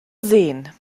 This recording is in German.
sehen